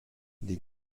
des